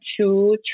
two